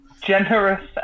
generous